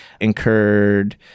incurred